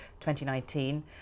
2019